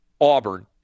Auburn